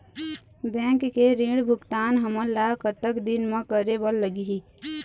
Bank के ऋण भुगतान हमन ला कतक दिन म करे बर लगही?